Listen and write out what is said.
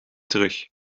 terug